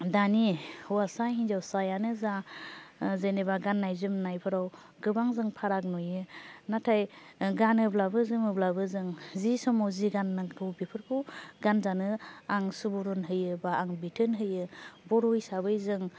दानि हौवासा हिन्जावसायानो जा जेनेबा गाननाय जोमनायफोराव गोबां जों फाराग नुयो नाथाय गानोब्लाबो जोमोब्लाबो जों जि समाव जि गाननांगौ बेफोरखौ गानजानो आं सुबुरुन होयो बा आं बिथोन होयो बर' हिसाबै जों